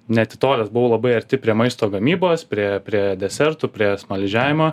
neatitolęs buvau labai arti prie maisto gamybos prie prie desertų prie smaližiavimo